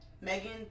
Megan